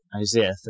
Isaiah